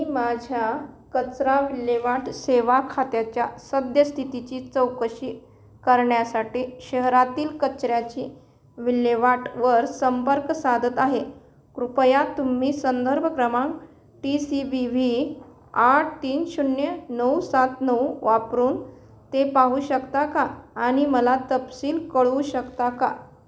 मी माझ्या कचरा विल्हेवाट सेवा खात्याच्या सद्यस्थितीची चौकशी करण्यासाठी शहरातील कचऱ्याची विल्हेवाटवर संपर्क साधत आहे कृपया तुम्ही संदर्भ क्रमांक टी सी बी व्ही आठ तीन शून्य नऊ सात नऊ वापरून ते पाहू शकता का आणि मला तपशील कळवू शकता का